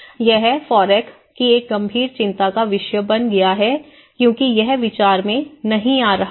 यह F O R E C की एक गंभीर चिंता का विषय बन गया है क्योंकि यह विचार में नहीं आ रहा है